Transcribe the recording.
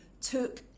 took